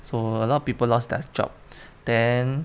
so a lot of people lost their job then